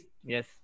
Yes